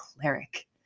cleric